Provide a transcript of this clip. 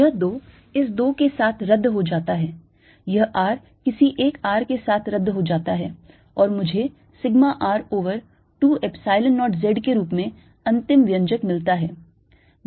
यह 2 इस 2 के साथ रद्द हो जाता है यह R किसी एक R के साथ रद्द हो जाता है और मुझे sigma R over 2 Epsilon 0 z के रूप में अंतिम व्यंजक मिलता है